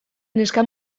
neska